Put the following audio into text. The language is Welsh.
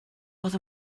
oedd